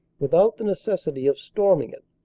without the necessity of storming it,